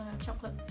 chocolate